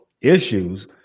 issues